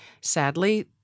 Sadly